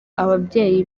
ababyeyi